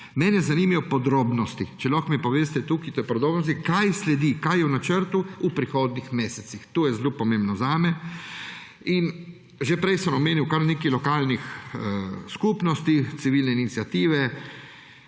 vodo. Zanimajo me podrobnosti, če mi jih lahko poveste: Kaj sledi, kaj je v načrtu v prihodnjih mesecih? To je zelo pomembno zame, že prej sem omenil kar nekaj lokalnih skupnosti, civilnih iniciativ,